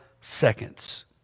seconds